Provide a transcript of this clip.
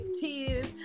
tears